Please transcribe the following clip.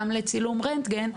גם לצילום רנטגן,